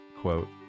quote